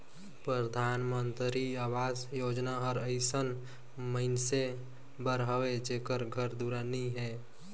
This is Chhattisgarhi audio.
परधानमंतरी अवास योजना हर अइसन मइनसे बर हवे जेकर घर दुरा नी हे